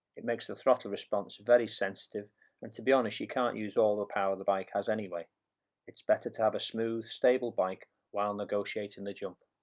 it makes the throttle response very sensitive and to be honest you can't use all the power the bike has anyway it's better to have a smooth stable bike while negotiating the jump.